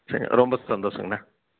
சரி ரொம்ப சந்தோஷங்க அண்ணா